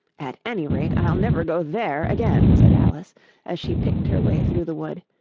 at any rate i'll never go there again said alice as she picked her way through the wood.